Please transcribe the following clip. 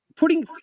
Putting